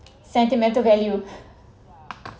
sentimental value